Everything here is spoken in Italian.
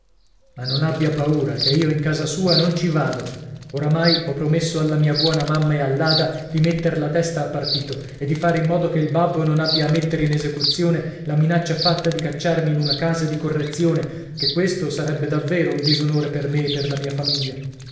ma non abbia paura che io in casa sua non ci vado oramai ho promesso alla mia buona mamma e all'ada di metter la testa a partito e di fare in modo che il babbo non abbia a mettere in esecuzione la minaccia fatta di cacciarmi in una casa di correzione ché questo sarebbe davvero un disonore per me e per la mia famiglia